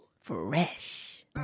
Fresh